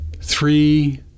three